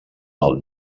del